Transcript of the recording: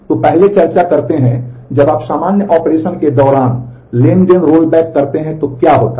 तो पहले चर्चा करते हैं कि जब आप सामान्य ऑपरेशन के दौरान ट्रांज़ैक्शन रोलबैक करते हैं तो क्या होता है